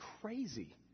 crazy